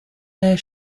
air